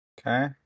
Okay